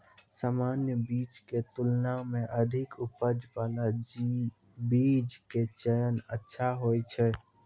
सामान्य बीज के तुलना मॅ अधिक उपज बाला बीज के चयन अच्छा होय छै